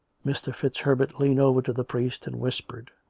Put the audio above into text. mr. fitzherbert leaned over to the priest and whispered.